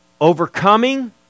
Overcoming